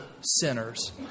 sinners